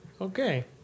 Okay